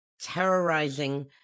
terrorizing